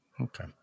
okay